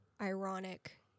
ironic